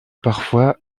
parfois